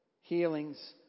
healings